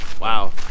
Wow